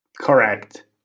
Correct